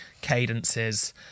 cadences